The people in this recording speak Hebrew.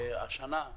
השנה,